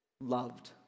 loved